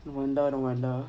no wonder no wonder